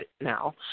now